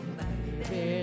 baby